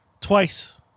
Twice